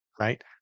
right